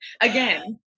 Again